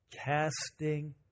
casting